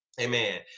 Amen